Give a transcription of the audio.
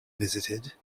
visited